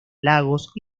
lagos